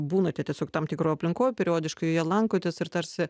būnate tiesiog tam tikroj aplinkoj periodiškai joje lankotės ir tarsi